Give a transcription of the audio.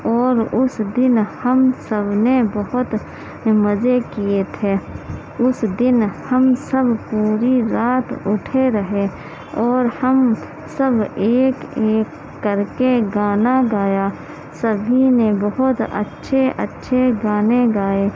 اور اس دن ہم سب نے بہت مزے کیے تھے اس دن ہم سب پوری رات اٹھے رہے اور ہم سب ایک ایک کر کے گانا گایا سبھی نے بہت اچھے اچھے گانے گائے